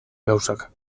gauzak